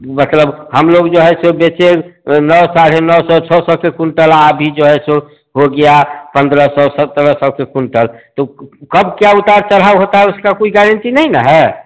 मतलब हम लोग जो है देखिए नौ साड़े नौ सौ छो सौ के कुंटल अभी जो सो है हो गया पन्द्रह सौ सत्रह सौ के कुंटल तो कब क्या उतार चड़ाव होता है उसका कोई गेरेंटी नहीं ना है